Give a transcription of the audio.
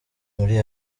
muri